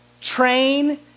Train